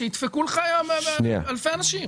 אתה יכול עכשיו שידפקו לך אלפי אנשים.